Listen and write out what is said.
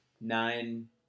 nine